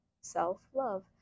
Self-love